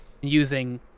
using